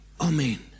Amen